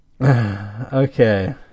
Okay